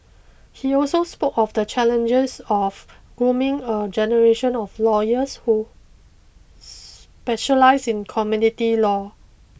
he also spoke of the challenges of grooming a generation of lawyers who specialise in community law